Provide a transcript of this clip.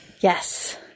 Yes